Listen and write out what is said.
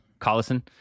Collison